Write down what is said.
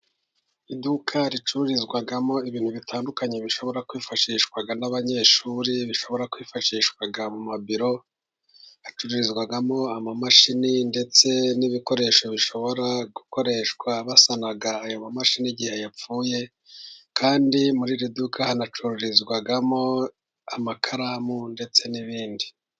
Iduka ricururizwamo ibintu bitandukanye, bishobora kwifashishwa n'abanyeshuri, bishobora kwifashishwa mu mabiro, hacururizwamo amamashini ndetse n'ibikoresho bishobora gukoreshwa basana ayo mamashini igihe yapfuye, kandi muri iri duka hanacururizwamo amakaramu ndetse n'ibindi.